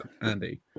Andy